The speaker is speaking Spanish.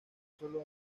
solo